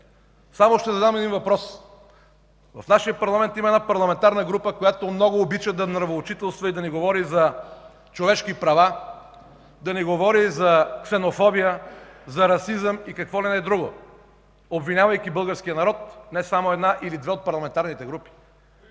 задам само един въпрос. В нашия парламент има една парламентарна група, която много обича да нравоучителства и да ни говори за човешки права, да ни говори за ксенофобия, за расизъм и какво ли не друго, обвинявайки българския народ – не само една или две от парламентарните групи.